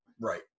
Right